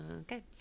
okay